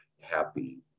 Happy